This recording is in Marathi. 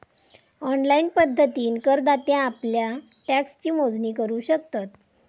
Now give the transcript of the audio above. ऑनलाईन पद्धतीन करदाते आप्ल्या टॅक्सची मोजणी करू शकतत